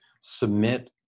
submit